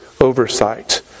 oversight